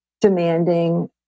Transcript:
Demanding